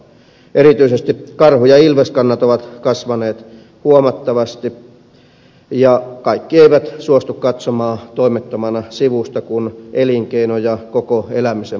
erityisesti karhu ja ilveskannat ovat kasvaneet huomattavasti ja kaikki eivät suostu katsomaan toimettomina sivusta kun elinkeino ja koko elämisen muoto tuhoutuu